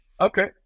Okay